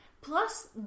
Plus